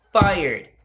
fired